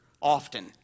often